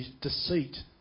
deceit